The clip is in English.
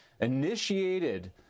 initiated